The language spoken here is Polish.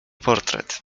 portret